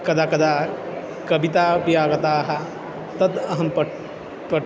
कदा कदा कविता अपि आगता तद् अहं पट् पट्